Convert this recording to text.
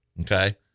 Okay